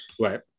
Right